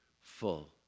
full